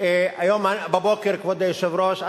כבוד היושב-ראש,